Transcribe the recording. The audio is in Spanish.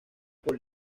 por